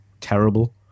terrible